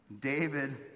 David